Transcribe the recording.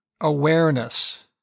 awareness